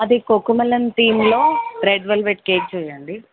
అది కోకుమలన్ థీమ్లో రెడ్ వెల్వెట్ కేక్ చేయండి